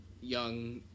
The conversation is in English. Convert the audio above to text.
young